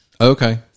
Okay